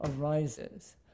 arises